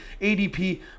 adp